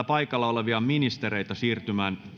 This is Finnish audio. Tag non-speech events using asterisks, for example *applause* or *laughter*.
*unintelligible* paikalla olevia ministereitä siirtymään